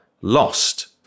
lost